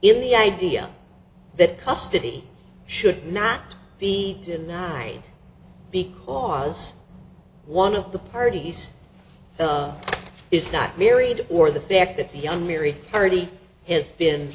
in the idea that custody should not be denied because one of the parties is not married or the fact that the young married thirty has been